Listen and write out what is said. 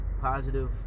positive